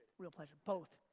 real pleasure. both,